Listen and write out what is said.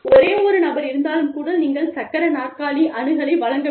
ஒரே ஒரு நபர் இருந்தாலும் கூட நீங்கள் சக்கர நாற்காலி அணுகலை வழங்க வேண்டும்